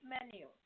menu